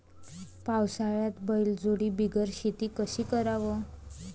पावसाळ्यात बैलजोडी बिगर शेती कशी कराव?